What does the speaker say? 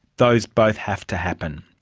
those both have to happen.